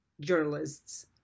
journalists